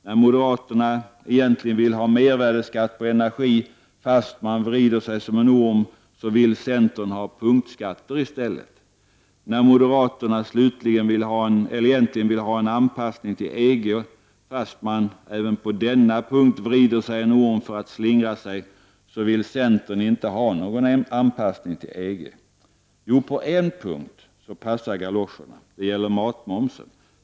När moderaterna egentligen vill ha mervärdeskatt på energi, fast man vrider sig som en orm, vill centern i stället ha punktskatter. När moderaterna egentligen vill ha en anpassning till EG, fast man även på denna punkt vrider sig som en orm för att slingra sig, vill centern inte ha någon anpassning till EG. Jo, på en punkt passar galoscherna. Det gäller matmomsen.